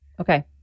Okay